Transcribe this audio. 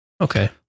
Okay